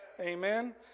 Amen